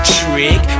trick